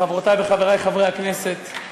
חברותי וחברי חברי הכנסת,